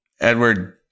Edward